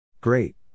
great